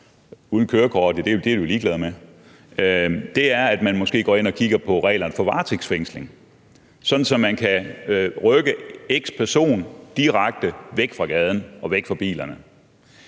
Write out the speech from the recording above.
uden kørekort – det er de jo ligeglade med – er, at man måske går ind og kigger på reglerne for varetægtsfængsling, så man kan rykke x-person direkte væk fra gaden og væk fra bilerne.